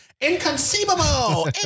inconceivable